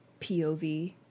POV